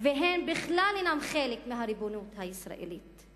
והן בכלל אינן חלק מהריבונות הישראלית.